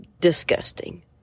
disgusting